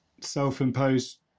self-imposed